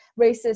racist